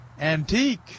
antique